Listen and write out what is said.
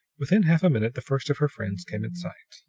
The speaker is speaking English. within half a minute the first of her friends came in sight.